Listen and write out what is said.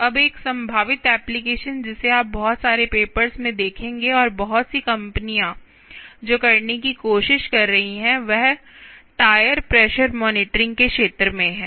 अब एक संभावित एप्लिकेशन जिसे आप बहुत सारे पेपर्स में देखेंगे और बहुत सी कंपनियां जो करने की कोशिश कर रही हैं वह टायर प्रेशर मॉनिटरिंग के क्षेत्र में है